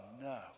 no